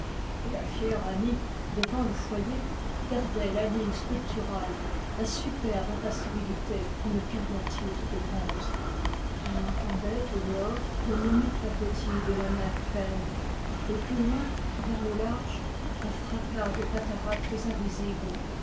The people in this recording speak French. et la fière annie devant le foyer gardait la ligne sculpturale la superbe impassibilité d'une cariatide de bronze on entendait au dehors le menu clapotis de la mer pleine et plus loin vers le large un fracas de cataractes invisibles